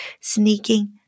sneaking